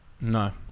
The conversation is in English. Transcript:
No